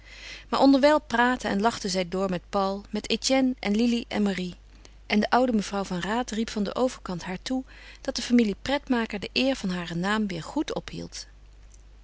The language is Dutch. maar onderwijl praatte en lachte zij door met paul met etienne en lili en marie en de oude mevrouw van raat riep van den overkant haar toe dat de familie pretmaker de eer van haren naam weer goed ophield